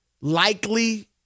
likely